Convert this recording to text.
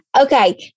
Okay